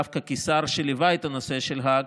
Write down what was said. דווקא כשר שליווה את הנושא של האג,